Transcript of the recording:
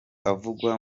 avugwa